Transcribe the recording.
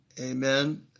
Amen